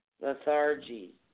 Lethargy